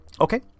Okay